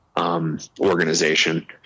Organization